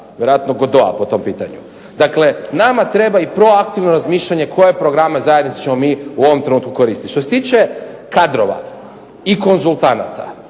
Vjerojatno Godota po tom pitanju. Dakle, nama treba i proaktivno razmišljanje koje programe zajednice ćemo mi u ovom trenutku koristiti. Što se tiče kadrova i konzultanata,